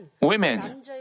women